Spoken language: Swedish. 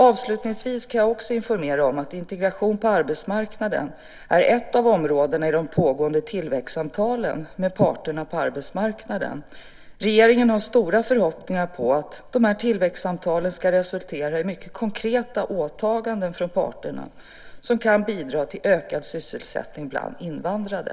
Avslutningsvis kan jag också informera om att integration på arbetsmarknaden är ett av områdena i de pågående tillväxtsamtalen med parterna på arbetsmarknaden. Regeringen har stora förhoppningar på att tillväxtsamtalen ska resultera i mycket konkreta åtaganden från parterna som kan bidra till ökad sysselsättning bland invandrare.